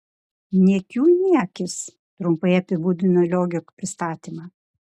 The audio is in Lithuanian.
niekių niekis trumpai apibūdino liogio pristatymą